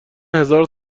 هزار